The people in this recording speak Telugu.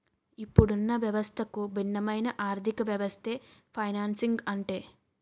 ఇప్పుడున్న వ్యవస్థకు భిన్నమైన ఆర్థికవ్యవస్థే ఫైనాన్సింగ్ అంటే